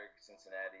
Cincinnati